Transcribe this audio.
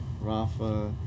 Rafa